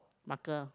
marker